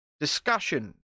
discussion